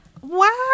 Wow